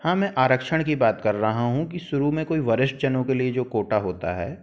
हाँ मैं आरक्षण की बात कर रहा हूँ कि शुरू में कोई वरिष्ठ जन के लिए जो कोटा होता है